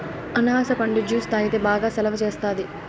అనాస పండు జ్యుసు తాగితే బాగా సలవ సేస్తాది